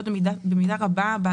(היו"ר אלכס קושניר,